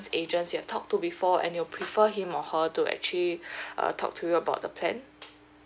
agents you've talked to before and you prefer him or her to actually err talk to you about the plan